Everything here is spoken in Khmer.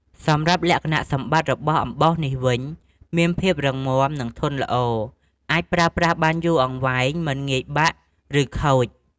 សម្រាប់លក្ខណៈសម្បត្តិរបស់់អំបោសនេះវិញ មានភាពរឹងមាំ និងធន់ល្អ អាចប្រើប្រាស់បានយូរអង្វែង មិនងាយបាក់ ឬខូច។